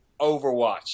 Overwatch